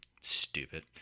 stupid